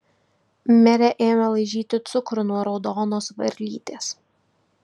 merė ėmė laižyti cukrų nuo raudonos varlytės